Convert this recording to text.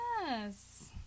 Yes